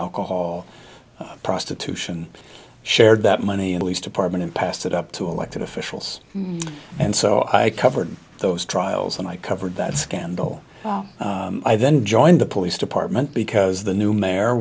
alcohol prostitution shared that money at least department and passed it up to elected officials and so i covered those trials and i covered that scandal well i then joined the police department because the new mayor